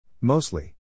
Mostly